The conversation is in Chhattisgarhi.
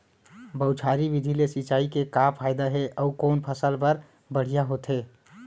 बौछारी विधि ले सिंचाई के का फायदा हे अऊ कोन फसल बर बढ़िया होथे?